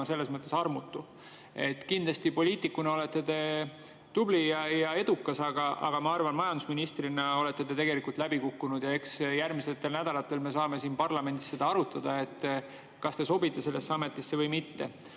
selles mõttes armutu. Kindlasti te poliitikuna olete tubli ja edukas, aga ma arvan, et majandusministrina olete te tegelikult läbi kukkunud. Eks järgmistel nädalatel me saame parlamendis seda arutada, kas te sobite sellesse ametisse või mitte. Aga